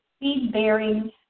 seed-bearing